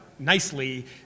nicely